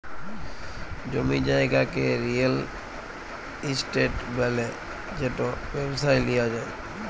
জমি জায়গাকে real estate ব্যলে যেট ব্যবসায় লিয়া যায়